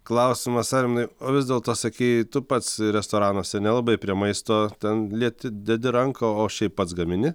klausimas arminui o vis dėlto sakei tu pats restoranuose nelabai prie maisto ten lieti dedi ranką o šiaip pats gamini